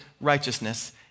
righteousness